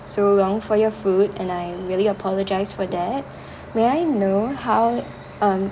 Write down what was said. so long for your food and I really apologise for that may I know how um